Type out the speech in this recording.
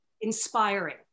inspiring